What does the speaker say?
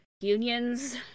unions